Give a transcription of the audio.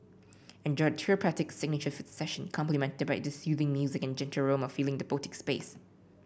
enjoy therapeutic signature foot session complimented by the soothing music and gentle aroma filling the boutique space